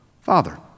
Father